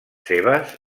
seves